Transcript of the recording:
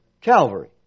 Calvary